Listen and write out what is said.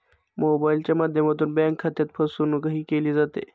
मोबाइलच्या माध्यमातून बँक खात्यात फसवणूकही केली जाते